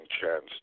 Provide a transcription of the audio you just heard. chance